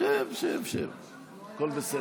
הכול בסדר.